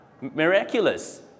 Miraculous